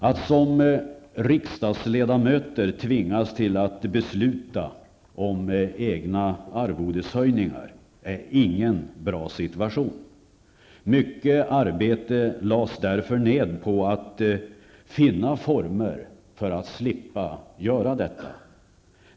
Att som riksdagsledamöter tvingas till att besluta om egna arvodeshöjningar är ingen bra situation. Mycket arbete lades därför ned på att finna former för att slippa göra detta.